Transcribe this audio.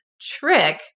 trick